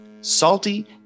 salty